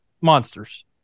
monsters